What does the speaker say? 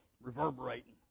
reverberating